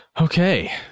Okay